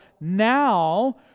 now